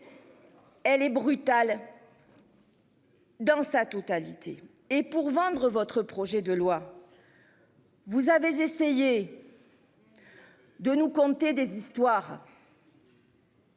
Elle est brutale. Dans sa totalité et pour vendre votre projet de loi. Vous avez essayé. De nous conter des histoires.